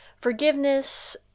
forgiveness